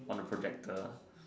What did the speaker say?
on the projector